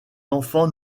enfant